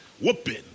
Whooping